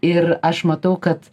ir aš matau kad